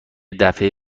دفعه